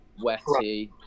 wetty